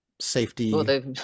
safety